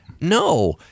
No